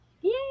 Yay